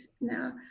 now